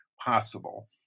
possible